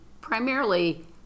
primarily